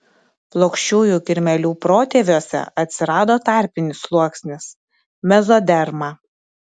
plokščiųjų kirmėlių protėviuose atsirado tarpinis sluoksnis mezoderma